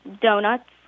donuts